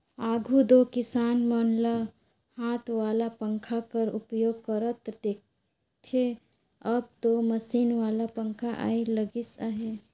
आघु दो किसान मन ल हाथ वाला पंखा कर उपयोग करत देखथे, अब दो मसीन वाला पखा आए लगिस अहे